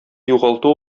югалту